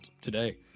today